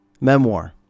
Memoir